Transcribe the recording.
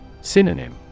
Synonym